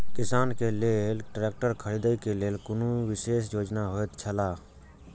किसान के लेल ट्रैक्टर खरीदे के लेल कुनु विशेष योजना होयत छला?